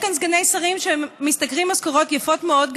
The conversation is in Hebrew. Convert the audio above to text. יש כאן סגני שרים שמשתכרים משכורות יפות מאוד,